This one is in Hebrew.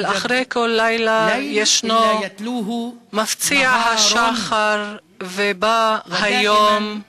אבל אחרי כל לילה מפציע השחר ובא היום,